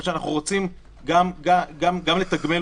התיקון האחרון בסעיף הזה הוא מקריא (5)